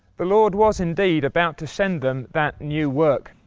the lord was indeed about to send them that new work.